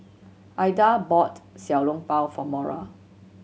Aida bought Xiao Long Bao for Mora